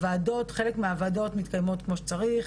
חלק מהוועדות מתקיימות כמו שצריך,